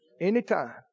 Anytime